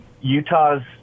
Utah's